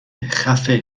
خفه